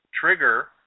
trigger